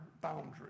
boundary